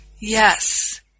yes